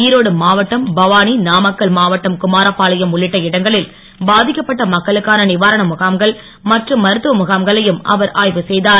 ஈரோடு மாவட்டம் பவானி நாமக்கல் மாவட்டம் குமாரபாளையம் உள்ளிட்ட இடங்களில் பாதிக்கப்பட்ட மக்களுக்கான நிவாரண முகாம்கள் மற்றும் மருத்துவ முகாம்களையும் அவர் ஆய்வு செய்தார்